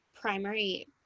primary